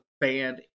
band